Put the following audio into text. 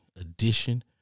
edition